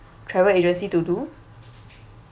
travel agency to do